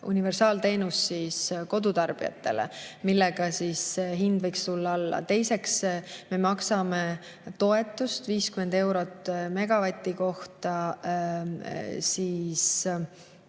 universaalteenus kodutarbijatele, millega hind võiks alla tulla. Teiseks, me maksame toetust 50 eurot megavati kohta